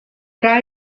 tra